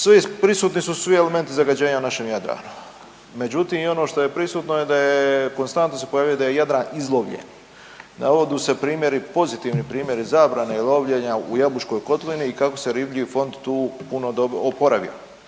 i prisutni su svi elementi zagađenja našeg Jadrana. Međutim i ono što je prisutno da je, konstantno se pojavljuje da je Jadran izlovljen, navodu se primjeri, pozitivni primjeri zarane i lovljenja u Jabučkoj kotlini i kako se riblji fond tu puno oporavio.